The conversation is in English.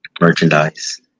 Merchandise